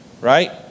right